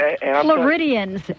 Floridians